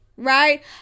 right